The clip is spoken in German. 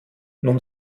nun